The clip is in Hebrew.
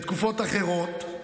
בתקופות אחרות,